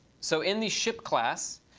so, in the ship class,